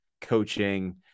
coaching